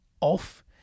off